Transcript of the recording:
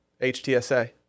HTSA